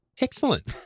Excellent